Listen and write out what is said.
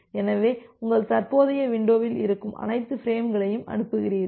எனவே உங்கள் தற்போதைய விண்டோவில் இருக்கும் அனைத்து பிரேம்களையும் அனுப்புகிறீர்கள்